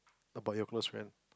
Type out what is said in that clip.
about your close friend